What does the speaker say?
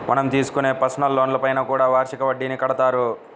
మనం తీసుకునే పర్సనల్ లోన్లపైన కూడా వార్షిక వడ్డీని కడతారు